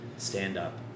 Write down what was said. stand-up